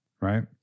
Right